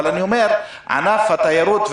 אבל ענף התיירות,